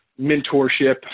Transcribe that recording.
mentorship